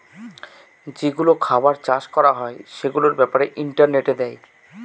যেগুলো খাবার চাষ করা হয় সেগুলোর ব্যাপারে ইন্টারনেটে দেয়